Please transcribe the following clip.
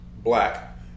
black